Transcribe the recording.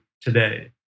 today